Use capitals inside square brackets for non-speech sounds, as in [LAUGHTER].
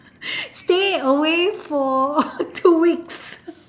[BREATH] stay away for [LAUGHS] two weeks